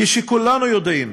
כשכולנו יודעים